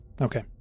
Okay